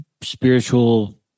spiritual